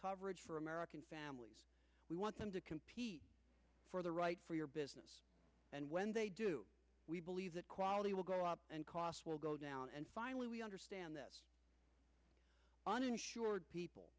coverage for american families we want them to compete for the right for your business and when they do we believe that quality will go up and costs will go down and finally we understand that uninsured people